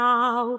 Now